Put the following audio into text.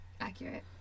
accurate